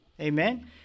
Amen